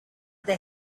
they